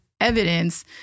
evidence